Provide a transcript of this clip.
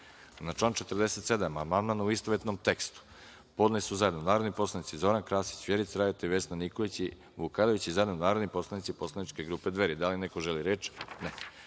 član 47. amandman, u istovetnom tekstu, podneli su zajedno narodni poslanici Zoran Krasić, Vjerica Radeta i Vesna Nikolić Vukajlović, i zajedno narodni poslanici Poslaničke grupe Dveri. Da li neko želi reč?